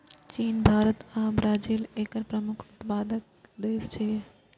चीन, भारत आ ब्राजील एकर प्रमुख उत्पादक देश छियै